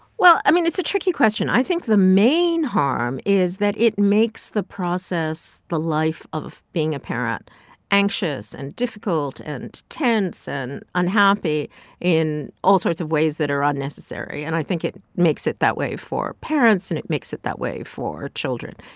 well, i mean, it's a tricky question. i think the main harm is that it makes the process the life of being a parent anxious and difficult and tense and unhappy in all sorts of ways that are unnecessary. and i think it makes it that way for parents, and it makes it that way for children.